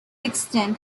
extent